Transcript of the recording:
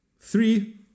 three